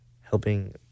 helping